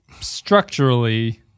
Structurally